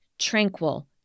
tranquil